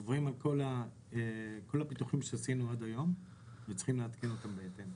עוברים על כל הפיתוחים שעשינו עד היום וצריכים לעדכן אותם בהתאם.